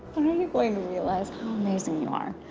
are and you going to realize how amazing you are?